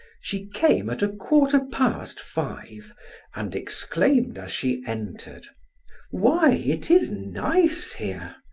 she came at a quarter past five and exclaimed as she entered why, it is nice here.